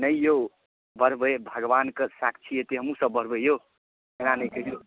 नहि यौ बढ़बै भगवान् के साक्षी हेतै हमहूँ सब बढ़बै यौ एना नहि कहिऔ